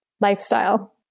lifestyle